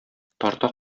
тарта